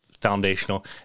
foundational